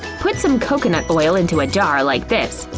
put some coconut oil into a jar like this.